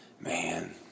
Man